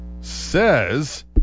says